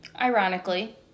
Ironically